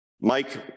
Mike